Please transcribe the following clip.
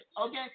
okay